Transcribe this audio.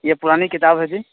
یہ پرانی کتاب ہے جی